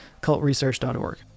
cultresearch.org